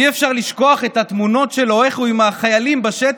אי-אפשר לשכוח את התמונות שלו איך הוא עם החיילים בשטח,